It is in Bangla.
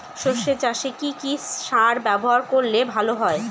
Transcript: সর্ষে চাসে কি কি সার ব্যবহার করলে ভালো হয়?